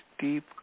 deep